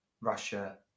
Russia